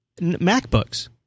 MacBooks